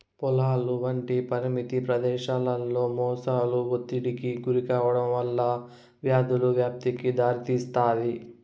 పొలాలు వంటి పరిమిత ప్రదేశాలలో మొసళ్ళు ఒత్తిడికి గురికావడం వల్ల వ్యాధుల వ్యాప్తికి దారితీస్తాది